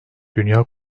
dünya